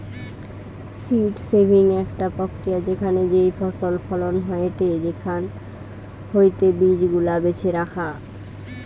seed saving একটা প্রক্রিয়া যেখানে যেই ফসল ফলন হয়েটে সেখান হইতে বীজ গুলা বেছে রাখা